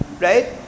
right